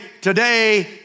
today